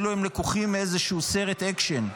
כאילו הם לקוחים מאיזה סרט אקשן,